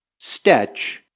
Stetch